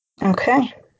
Okay